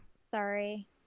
Sorry